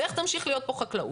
ואיך תמשיך להיות פה חקלאות.